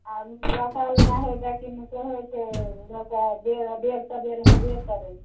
लेकिन कहै छै लोकके बेर अबेर बेर सबेर होएबे करै छै